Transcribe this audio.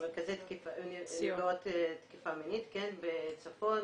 סיוע לנפגעות תקיפה מינית בצפון,